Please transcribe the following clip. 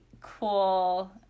cool